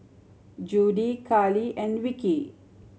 Judie Carli and Vickie